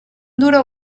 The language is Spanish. duro